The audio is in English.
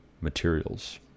materials